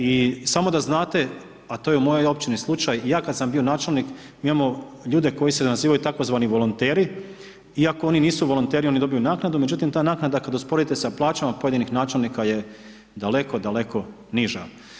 I samo da znate a to je u mojoj općini slučaj i ja kada sam bio načelnik, mi imamo ljude koji se nazivaju tzv. volonteri, iako oni nisu volonteri oni dobiju naknadu, međutim ta naknada kada usporedite sa plaćama pojedinih načelnika je daleko, daleko niža.